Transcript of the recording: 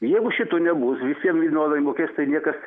jeigu šito nebus visiem vienodai mokės tai niekas